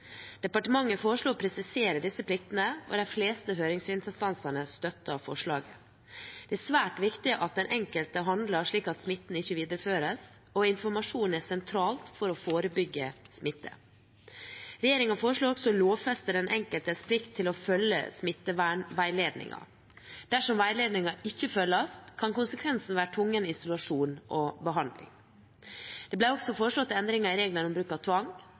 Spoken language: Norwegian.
Departementet foreslo å presisere disse pliktene, og de fleste høringsinstansene støttet forslaget. Det er svært viktig at den enkelte handler slik at smitten ikke videreføres, og informasjon er sentralt for å forebygge smitte. Regjeringen foreslår også å lovfeste den enkeltes plikt til å følge smittevernveiledningen. Dersom veiledningen ikke følges, kan konsekvensen være tvungen isolasjon og behandling. Det ble også foreslått endringer i reglene om bruk av tvang.